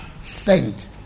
sent